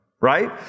right